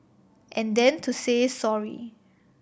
and then to say sorry